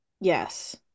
Yes